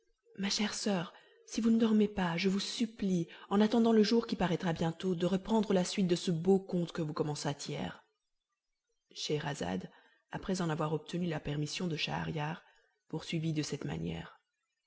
ma chère soeur si vous ne dormez pas je vous supplie en attendant le jour qui paraîtra bientôt de reprendre la suite de ce beau conte que vous commençâtes hier scheherazade après en avoir obtenu la permission de schahriar poursuivit de cette manière